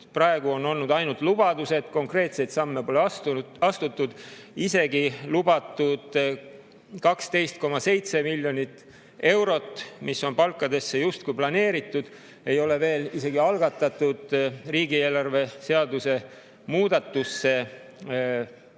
Praegu on olnud ainult lubadused, konkreetseid samme pole astutud. Isegi lubatud 12,7 miljonit eurot, mis on palkadesse justkui planeeritud, ei ole veel algatatud riigieelarve seaduse muutmise